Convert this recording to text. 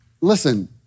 Listen